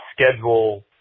schedule